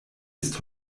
ist